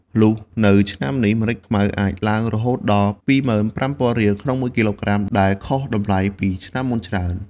លុះនៅឆ្នាំនេះម្រេចខ្មៅអាចឡើងរហូតដល់ ២៥០០០ រៀល ក្នុងមួយគីឡូក្រាម ដែលខុសតម្លៃពីឆ្នាំមុនច្រើន។